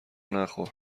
نخور